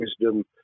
wisdom